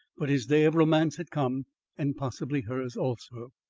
but his day of romance had come and possibly hers also.